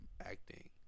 acting